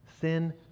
Sin